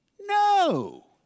No